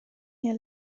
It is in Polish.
nie